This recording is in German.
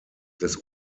des